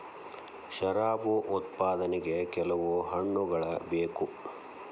ಶರಾಬು ಉತ್ಪಾದನೆಗೆ ಕೆಲವು ಹಣ್ಣುಗಳ ಬೇಕು